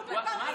בושה.